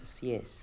yes